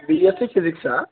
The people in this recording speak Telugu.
బీఎస్సి ఫిజిక్సా